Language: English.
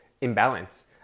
imbalance